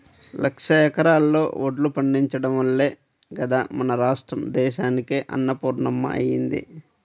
లక్షల ఎకరాల్లో వడ్లు పండించడం వల్లే గదా మన రాష్ట్రం దేశానికే అన్నపూర్ణమ్మ అయ్యింది